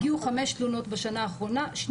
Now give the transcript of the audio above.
הגיעו חמש תלונות בשנה האחרונה,